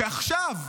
שעכשיו,